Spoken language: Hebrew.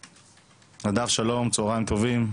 שלום צוהריים טובים.